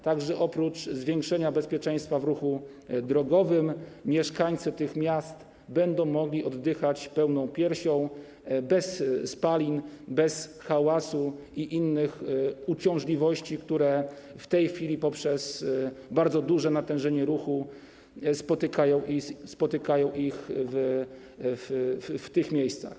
Tak że oprócz zwiększenia bezpieczeństwa w ruchu drogowym mieszkańcy tych miast będą mogli oddychać pełną piersią bez spalin, bez hałasu i innych uciążliwości, które w tej chwili poprzez bardzo duże natężenie ruchu spotykają ich w tych miejscach.